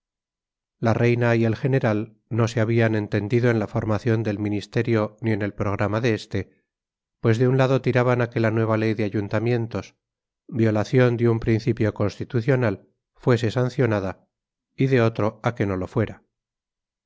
la reina y el general no se habían entendido en la formación del ministerio ni en el programa de este pues de un lado tiraban a que la nueva ley de ayuntamientos violación de un principio constitucional fuese sancionada y de otro a que no lo fuera